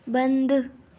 बंदि